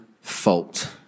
fault